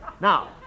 Now